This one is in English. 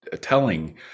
telling